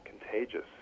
contagious